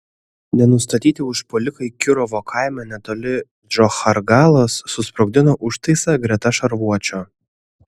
nenustatyti užpuolikai kirovo kaime netoli džochargalos susprogdino užtaisą greta šarvuočio